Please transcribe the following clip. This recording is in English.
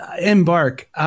Embark